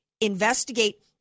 investigate